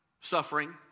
suffering